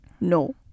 No